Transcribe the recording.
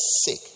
sick